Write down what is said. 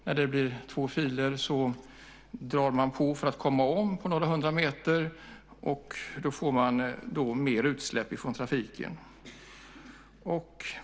När det blir två filer trampar man på gasen för att kunna köra om, och utsläppen från trafiken blir då större.